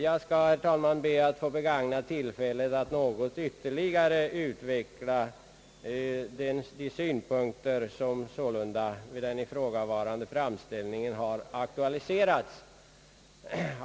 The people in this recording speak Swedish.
Jag ber, herr talman, att få begagna tillfället att i någon mån ytterligare utveckla de synpunkter som anförts i den förutnämnda framställningen.